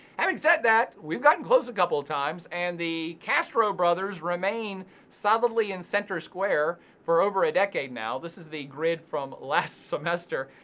having said that, we've gotten close a couple of times and the castro brothers remain solidly in center square for over a decade now. this is the grid from last semester.